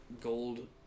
gold